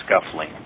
scuffling